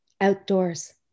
outdoors